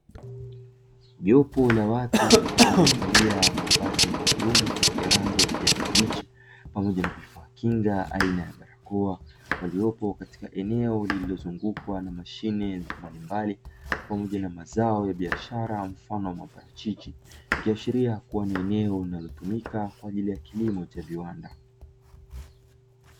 Jopo la watu waliovalia mavazi maalumu ya rangi ya kijani kibichi pamoja na vifaa kinga aina ya barakoa waliopo katika eneo lililozungukwa na mashine mbalimbali pamoja na mazao ya biashara mfano wa maparachichi, ikiashiria kuwa ni eneo linalotumika kwa ajili ya kilimo cha viwanda.